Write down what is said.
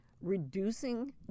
reducing